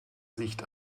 sicht